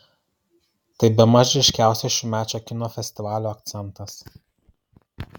tai bemaž ryškiausias šiųmečio kino festivalio akcentas